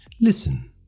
listen